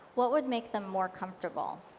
what would make them more comfortable?